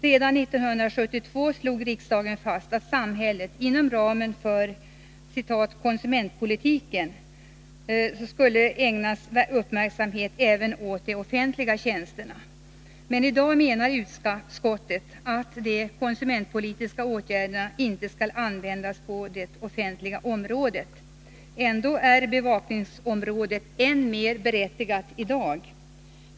Redan 1972 slår riksdagen fast att samhället inom ramen för konsumentpolitiken skulle ägna uppmärksamhet även åt de offentliga tjänsterna. Men i dag menar utskottet att de konsumentpolitiska åtgärerna inte skall användas på det offentliga området. Ändå är bevakningsområdet än mer berättigat i dag.